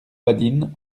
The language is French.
badine